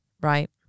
right